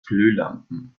glühlampen